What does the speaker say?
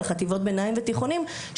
על חטיבות הביניים והתיכונים.